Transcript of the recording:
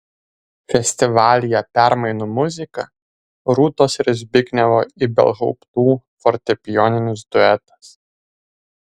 festivalyje permainų muzika rūtos ir zbignevo ibelhauptų fortepijoninis duetas